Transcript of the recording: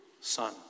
son